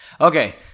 Okay